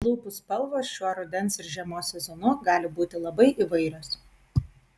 lūpų spalvos šiuo rudens ir žiemos sezonu gali būti labai įvairios